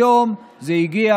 לקראת